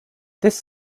this